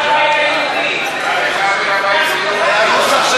זו ההסתייגות של הבית היהודי שאנחנו,